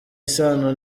isano